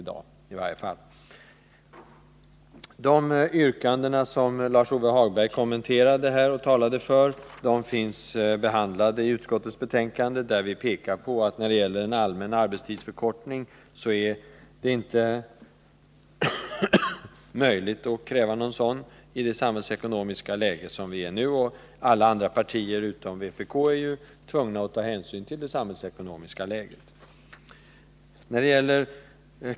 De yrkanden som Lars-Ove Hagberg talade för har kommenterats i utskottets betänkande, där vi framhåller att det inte är möjligt att kräva en allmän arbetstidsförkortning i det samhällsekonomiska läge som nu råder. Alla partier utom vpk anser sig ju tvungna att ta hänsyn till det samhällsekonomiska läget.